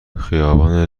خیابان